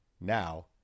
Now